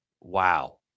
Wow